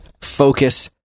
focus